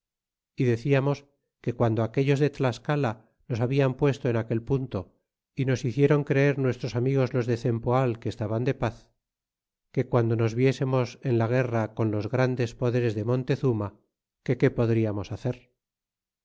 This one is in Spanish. y deciamos que guando aquellos de tlascala nos hablan puesto en aquel punto y nos hicieron creer nuestros amigos los de cempoal que estaban de paz que guando nos viésemos en la guerra con los grandes poderes de montezuma que qué podriamos hacer